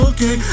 Okay